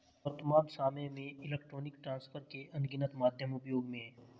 वर्त्तमान सामय में इलेक्ट्रॉनिक ट्रांसफर के अनगिनत माध्यम उपयोग में हैं